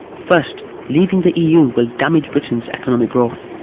first, leaving the eu will damage britain's economic growth.